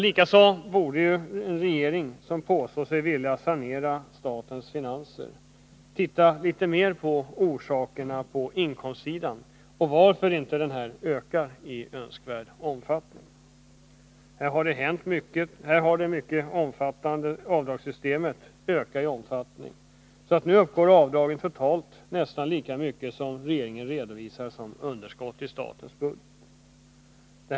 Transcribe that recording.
Likaså borde en regering som påstår sig vilja sanera statens finanser titta litet mer på orsakerna till bristerna på inkomstsidan och på varför statsfinanserna inte ökar i önskvärd omfattning. Här har det mycket omfattande avdragssystemet ökat i omfattning, så att summan av avdragen totalt nu uppgår till nästan lika mycket som regeringen redovisar som underskott i statens budget.